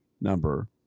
number